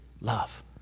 love